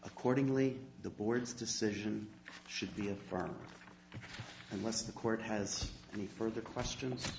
accordingly the board's decision should be a firm unless the court has any further questions